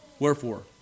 Wherefore